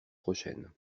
prochaine